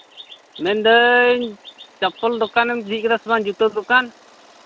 ᱢᱮᱱᱫᱟᱹᱧ ᱪᱚᱯᱯᱚᱞ ᱫᱚᱠᱟᱱᱮᱢ ᱡᱷᱤᱡ ᱠᱟᱫᱟ ᱥᱮ ᱵᱟᱝ ᱡᱩᱛᱟᱹ ᱫᱚᱠᱟᱱ